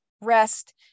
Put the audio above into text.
rest